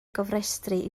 gofrestru